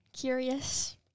curious